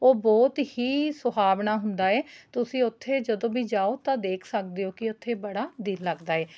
ਉਹ ਬਹੁਤ ਹੀ ਸੁਹਾਵਣਾ ਹੁੰਦਾ ਹੈ ਤੁਸੀਂ ਉੱਥੇ ਜਦੋਂ ਵੀ ਜਾਓ ਤਾਂ ਦੇਖ ਸਕਦੇ ਹੋ ਉੱਥੇ ਬੜਾ ਦਿਲ ਲੱਗਦਾ ਹੈ